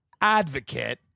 advocate